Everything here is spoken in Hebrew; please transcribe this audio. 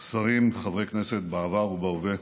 שרים, חברי הכנסת בעבר ובהווה,